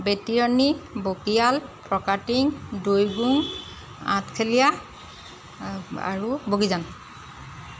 বেটিয়নী বকিয়াল ফৰকাটিং দৈগুং আঠখেলীয়া আৰু বগীজান